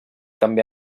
també